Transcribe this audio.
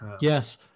Yes